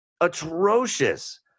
atrocious